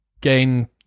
gain